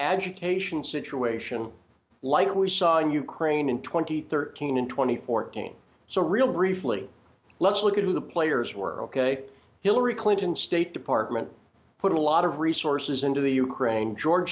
agitation situation like we saw in ukraine and twenty thirteen and twenty fourteen so real briefly let's look at who the players were ok hillary clinton state department put a lot of resources into the ukraine george